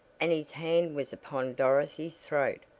and his hand was upon dorothy's throat,